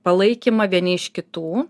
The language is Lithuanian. palaikymą vieni iš kitų